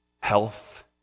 health